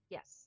Yes